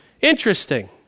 interesting